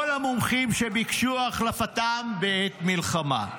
כל המומחים שביקשו את החלפתם בעת מלחמה.